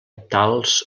tals